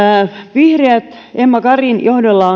vihreät emma karin johdolla